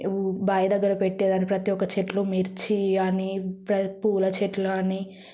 బావి దగ్గర పెట్టేదని ప్రతి ఒక్క చెట్లు మిర్చి అని పూల చెట్లు అని